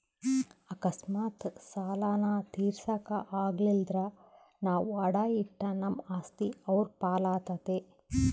ಅಕಸ್ಮಾತ್ ಸಾಲಾನ ತೀರ್ಸಾಕ ಆಗಲಿಲ್ದ್ರ ನಾವು ಅಡಾ ಇಟ್ಟ ನಮ್ ಆಸ್ತಿ ಅವ್ರ್ ಪಾಲಾತತೆ